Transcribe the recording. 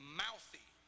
mouthy